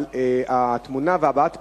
אבל התמונה והבעת פנים,